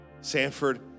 Sanford